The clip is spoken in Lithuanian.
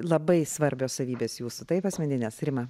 labai svarbios savybės jūsų taip asmeninės rima